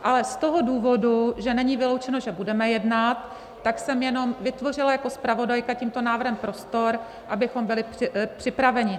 Ale z toho důvodu, že není vyloučeno, že budeme jednat, tak jsem jenom vytvořila jako zpravodajka tímto návrhem prostor, abychom byli připraveni.